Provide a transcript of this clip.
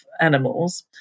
animals